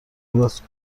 صحبت